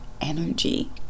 energy